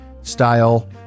style